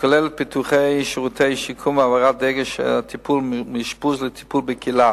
שכוללת פיתוח שירותי שיקום והעברת דגש הטיפול מאשפוז לטיפול בקהילה.